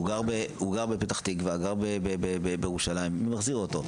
הוא גר בפתח תקווה, גר בירושלים, מי מחזיר אותו?